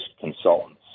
consultants